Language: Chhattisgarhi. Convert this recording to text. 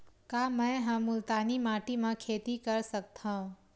का मै ह मुल्तानी माटी म खेती कर सकथव?